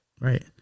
Right